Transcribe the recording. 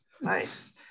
Nice